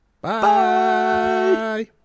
Bye